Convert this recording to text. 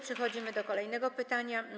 Przechodzimy do kolejnego pytania.